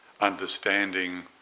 understanding